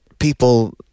People